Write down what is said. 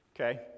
Okay